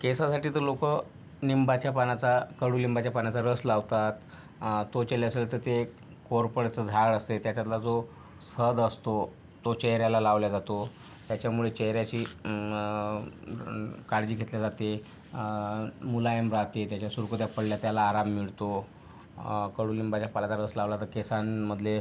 केसासाठी तर लोक निंबाच्या पानाचा कडूलिंबाच्या पानाचा रस लावतात त्वचेला असेल तर ते कोरफडीचं झाड असते त्याच्यातला जो सद असतो तो चेहऱ्याला लावला जातो त्याच्यामुळे चेहऱ्याची काळजी घेतली जाते मुलायम राहते त्याच्या सुरकुत्या पडल्या त्याला आराम मिळतो कडूलिंबाच्या पाल्याचा रस लावला तर केसांमधले